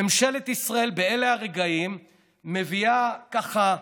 ממשלת ישראל באלה הרגעים מביאה ככה,